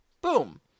Boom